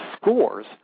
scores